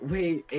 Wait